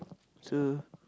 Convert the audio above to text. so